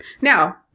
now